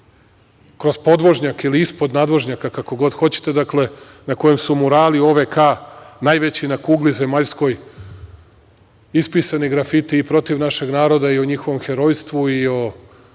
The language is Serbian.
kroz podvožnjake ili ispod nadvožnjaka, kako god hoćete, na kojem su murali OVK-a najveći na kugli zemaljskoj. Ispisani su i grafiti i protiv našeg naroda i o njihovom herojstvu i o